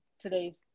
today's